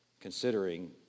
considering